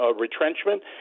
retrenchment